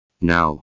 Now